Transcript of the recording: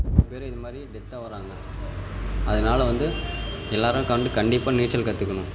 பேர் இது மாதிரி டெத் ஆகறாங்க அதனால வந்து எல்லோரும் கண்டு கண்டிப்பாக நீச்சல் கற்றுக்கணும்